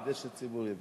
כדי שהציבור ידע.